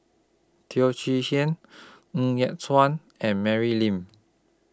Teo Chee Hean Ng Yat Chuan and Mary Lim